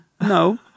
No